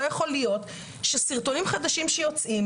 לא יכול להיות שסרטונים חדשים שיוצאים